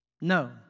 No